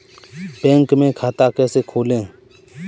Bank में खाता कैसे खोलें?